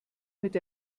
mit